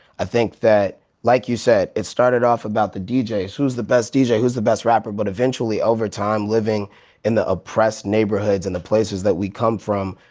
i think that, like you said, it started off about the d j, who's the best d j, who's the best rapper, but eventually over time living in the oppressed neighborhoods and the places that we come from,